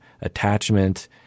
attachment